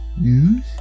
news